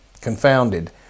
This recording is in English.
confounded